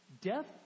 Death